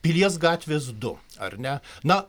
pilies gatvės du ar ne na